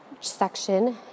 section